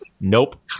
Nope